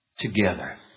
together